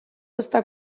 està